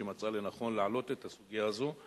שמצאה לנכון להעלות את הסוגיה הזאת.